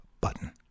button